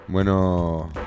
Bueno